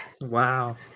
Wow